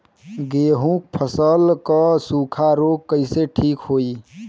गेहूँक फसल क सूखा ऱोग कईसे ठीक होई?